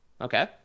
Okay